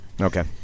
Okay